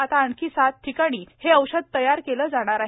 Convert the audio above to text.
आता आणखी सात ठिकाणी हे औषध तयार केलं जाणार आहे